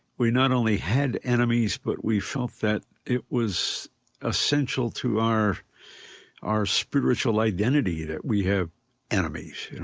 we not only had enemies, but we felt that it was essential to our our spiritual identity that we have enemies,